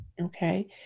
okay